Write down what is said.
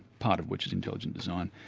part of which is intelligent design,